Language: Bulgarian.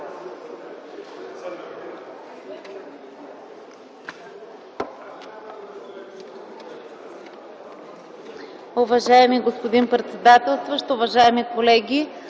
Уважаема госпожо председател, уважаеми колеги!